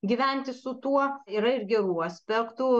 gyventi su tuo yra ir gerų aspektų